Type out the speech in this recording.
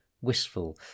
wistful